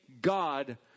God